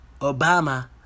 Obama